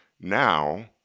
Now